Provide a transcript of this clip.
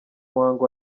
muhango